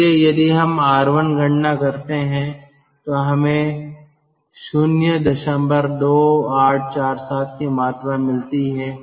इसलिए यदि हम R1 गणना करते हैं तो हमें 02847 की मात्रा मिलती हैं